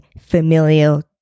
familial